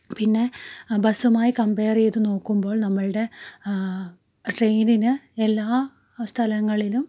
പിന്നെ ബസ്സുമായി കംമ്പെയർ ചെയ്തു നോക്കുമ്പോൾ നമ്മളുടെ ട്രെയിനിന് എല്ലാ സ്ഥലങ്ങളിലും